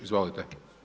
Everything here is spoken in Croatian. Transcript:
Izvolite.